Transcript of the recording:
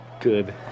Good